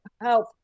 help